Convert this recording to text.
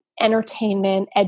entertainment